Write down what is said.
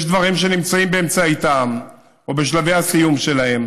יש דברים שנמצאים באמצעיתם או בשלבי הסיום שלהם,